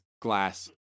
glass